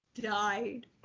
died